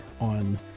on